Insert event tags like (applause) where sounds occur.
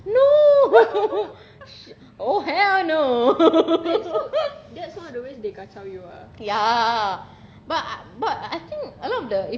no (laughs) shit oh hell no ya but but I think a lot of the if you